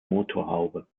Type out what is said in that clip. motorhaube